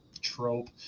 trope